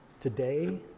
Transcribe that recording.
today